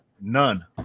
None